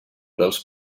dels